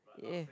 yeah